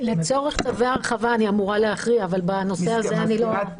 לצורך צווי הרחבה אני אמורה להכריע אבל בנושא הזה אני לא.